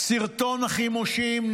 סרטון החימושים,